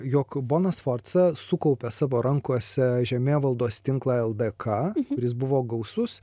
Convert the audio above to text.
jog bona sforca sukaupė savo rankose žemėvaldos tinklą ldk kuris buvo gausus